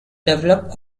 develop